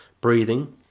breathing